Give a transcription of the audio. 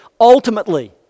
ultimately